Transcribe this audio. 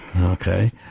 Okay